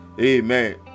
Amen